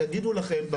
יגידו לכם,